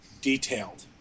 detailed